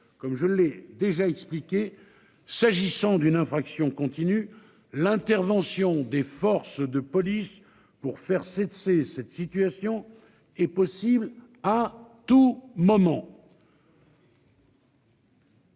comme je l'ai déjà expliqué, s'agissant d'une infraction continue l'intervention des forces de police pour faire cesser cette situation est possible à tout moment.